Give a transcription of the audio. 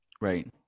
Right